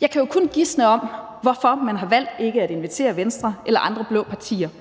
Jeg kan jo kun gisne om, hvorfor man har valgt ikke at invitere Venstre eller andre blå partier –